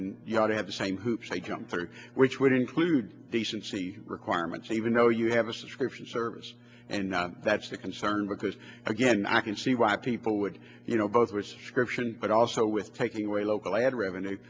then you ought to have the same hoops to jump through which would include decency requirements even though you have a subscription service and that's the concern because again i can see why people would you know both was scription but also with taking away local lad revenue